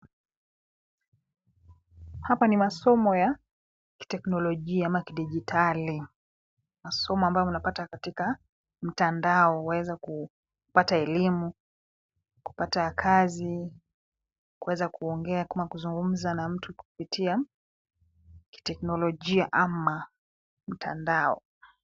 Hapa ni masomo ya kiteknolojia ama kidijitali, masomo ambayo mnapata katika mtandao kuweza kupata elimu, kupata kazi, kuweza kuongea, kama kuzungumza na mtu kupitia kiteknolojia ama mtandao.